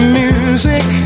music